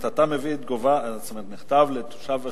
אתה מביא מכתב של תושב אשדוד,